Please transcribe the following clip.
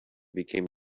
became